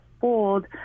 fold